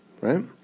Right